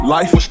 Life